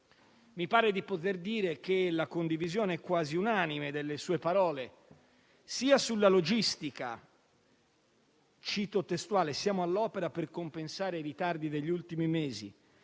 mi pare di poter dire che la condivisione quasi unanime delle sue parole, sia sulla logistica, quando ha detto testualmente che siamo «già all'opera per compensare i ritardi» degli ultimi mesi,